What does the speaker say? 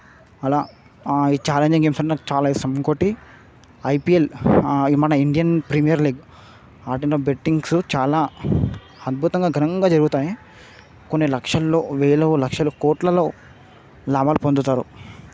అలా ఈ challenging games అంటే నాకు చాలా ఇష్టం ఇంకోటి ఐపీఎల్ మన ఇండియన్ ప్రీమియర్ లీగ్ ఆడిన బెట్టింగ్సు చాలా అద్భుతంగా ఘనంగా జరుగుతాయి కొన్ని లక్షల్లో వేలు లక్షలు కోట్లల్లో లాభాలు పొందుతారు